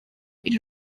iri